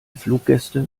fluggäste